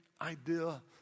idea